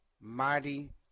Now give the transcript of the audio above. mighty